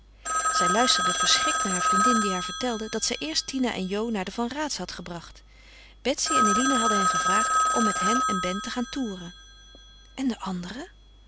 zij luisterde verschrikt naar haar vriendin die haar vertelde dat zij eerst tina en jo naar de van raats had gebracht betsy en eline hadden hen gevraagd om met hen en ben te gaan toeren en de anderen